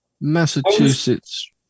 Massachusetts